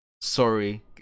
sorry